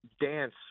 dance